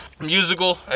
musical